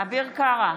אביר קארה,